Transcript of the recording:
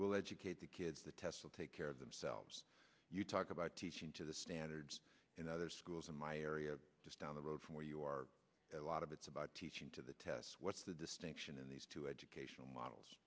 we'll educate the kids the test will take care of themselves you talk about teaching to the standards in other schools in my area just down the road from where you are a lot of it's about teaching to the tests what's the distinction in these two educational models